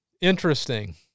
Interesting